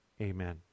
amen